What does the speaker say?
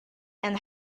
and